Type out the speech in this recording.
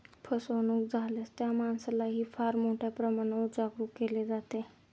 फसवणूक झाल्यास त्या माणसालाही फार मोठ्या प्रमाणावर जागरूक केले जाते